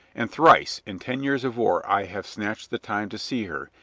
and thrice in ten years of war i have snatched the time to see her,